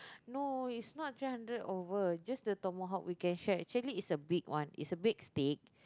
no it's not three hundred over just the Tomahawk we can share actually it's a big one it's a big steak